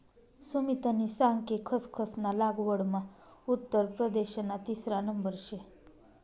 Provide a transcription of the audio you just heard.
सुमितनी सांग कि खसखस ना लागवडमा उत्तर प्रदेशना तिसरा नंबर शे